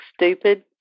stupid